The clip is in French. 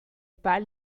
pas